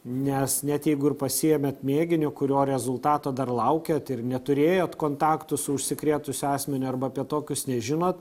nes net jeigu ir pasiėmėt mėginio kurio rezultato dar laukiat ir neturėjot kontaktų su užsikrėtusiu asmeniu arba apie tokius nežinot